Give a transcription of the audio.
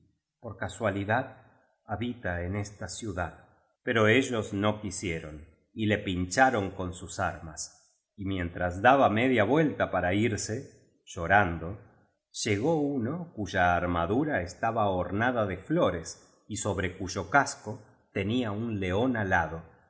por casualidad habita en esta ciudad pero ellos no quisieron y le pincharon con sus armas y mientras daba media vuelta para irse llorando llegó uno cuya armadura estaba ornada de flores y sobre cuyo casco tenía un león alado